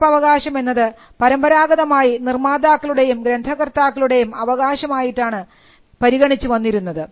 പകർപ്പവകാശം എന്നത് പരമ്പരാഗതമായി നിർമ്മാതാക്കളുടെയും ഗ്രന്ഥകർത്താക്കളുടെയും അവകാശം ആയിട്ടാണ് പരമ്പരാഗതമായി പരിഗണിച്ച് വന്നിരുന്നത്